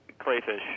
Clayfish